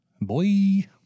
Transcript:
Boy